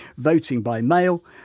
voting by mail,